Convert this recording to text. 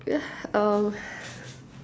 um